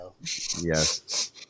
Yes